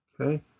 Okay